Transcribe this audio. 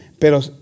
Pero